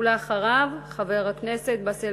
ואחריו, חבר הכנסת באסל